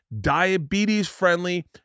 diabetes-friendly